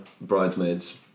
Bridesmaids